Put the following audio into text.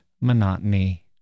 monotony